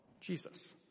jesus